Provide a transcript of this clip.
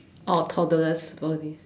oh toddler's body